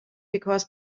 because